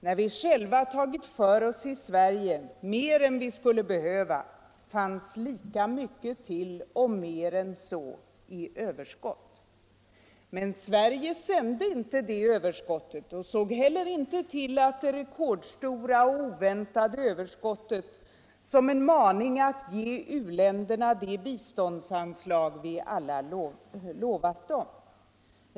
När vi själva tagit för oss i Sverige - mer än vi skulle behöva — fanns lika mycket till, och mer än så, i överskott. Men Sverige sände inte det överskottet och såg heller inte det rekordstora och oväntade överskottet som en maning att ge u-länderna de biståndsanslag vi alla lovat dem.